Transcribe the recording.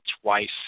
twice